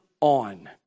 on